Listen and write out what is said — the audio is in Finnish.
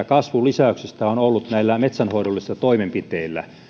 kasvun lisäyksestä on ollut näillä metsänhoidollisilla toimenpiteillä